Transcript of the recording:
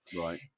right